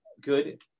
good